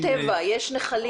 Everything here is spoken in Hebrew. צריך לזכור שיש טבע ויש נחלים.